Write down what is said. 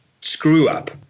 screw-up